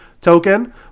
token